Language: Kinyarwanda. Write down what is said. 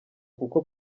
kuko